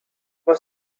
was